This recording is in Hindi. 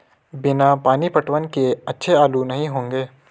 बिना पानी पटवन किए अच्छे आलू नही होंगे